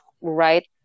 right